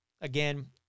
Again